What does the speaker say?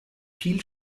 viel